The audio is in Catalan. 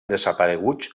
desapareguts